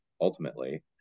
ultimately